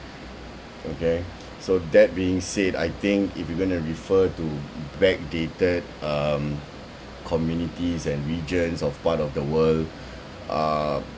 okay so that being said I think if you're going to refer to backdated um communities and regions of part of the world uh